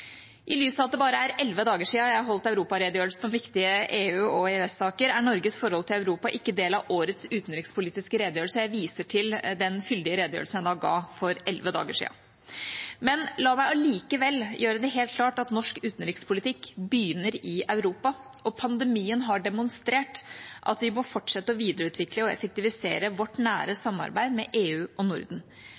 I lys av at det bare er elleve dager siden jeg holdt europaredegjørelsen om viktige EU- og EØS-saker, er Norges forhold til Europa ikke en del av årets utenrikspolitisk redegjørelse. Jeg viser til den fyldige redegjørelsen jeg ga for elleve dager siden. La meg likevel gjøre det helt klart at norsk utenrikspolitikk begynner i Europa, og pandemien har demonstrert at vi må fortsette å videreutvikle og effektivisere vårt nære samarbeid med EU og Norden.